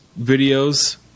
videos